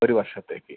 ഒരു വർഷത്തേക്ക്